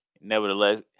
nevertheless